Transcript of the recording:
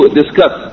discuss